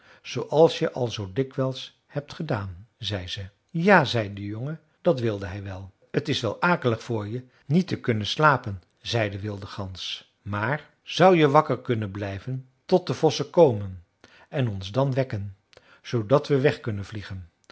zooals je al zoo dikwijls hebt gedaan zei ze ja zei de jongen dat wilde hij wel t is wel akelig voor je niet te kunnen slapen zei de wilde gans maar zou je wakker kunnen blijven tot de vossen komen en ons dan wekken zoodat we weg kunnen vliegen